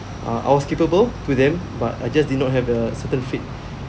uh I was capable to them but I just did not have a certain fit